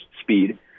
speed